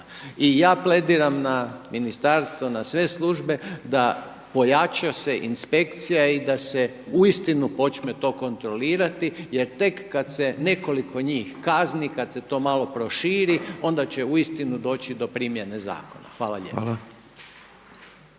I ja plediram na ministarstvo, na sve službe da pojača se inspekcija da se uistinu počne to kontrolirati jer tek kada se nekoliko njih kazni, kada se to malo proširi onda će uistinu doći do primjene zakona. Hvala lijepa.